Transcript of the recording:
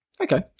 Okay